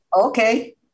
okay